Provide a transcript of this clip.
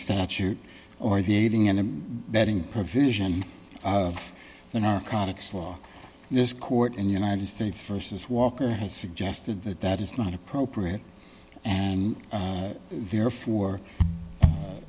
statute or the aiding and abetting provision of the narcotics law this court in the united states versus walker has suggested that that is not appropriate and therefore